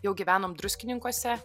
jau gyvenom druskininkuose